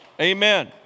Amen